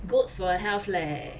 good for health leh